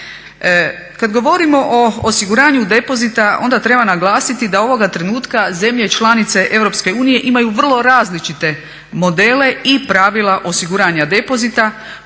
Kada govorimo o osiguranju depozita onda treba naglasiti da ovoga trenutka zemlje članice Europske unije imaju vrlo različite modele i pravila osiguranja depozita,